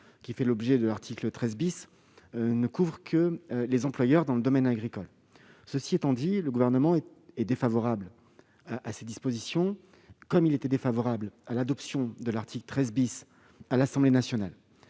qui fait l'objet de l'article 13, ne couvre que les employeurs dans le domaine agricole. Cela étant, le Gouvernement est défavorable à ces dispositions comme il était défavorable à l'adoption de l'article 13 à l'Assemblée nationale.